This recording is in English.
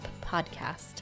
Podcast